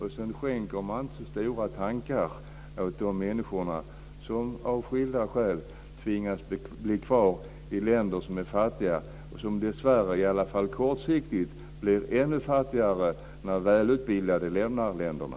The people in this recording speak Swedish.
Sedan skänker man inte många tankar åt de människor som av skilda skäl tvingas bli kvar i länder som är fattiga och som dessvärre, i alla fall kortsiktigt, blir ännu fattigare när välutbildade lämnar länderna.